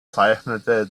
zeichnete